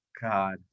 God